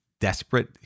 desperate